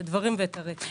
הדברים ואת הרקע.